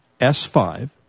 S5